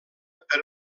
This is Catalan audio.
per